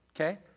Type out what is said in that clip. okay